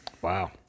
Wow